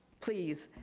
please,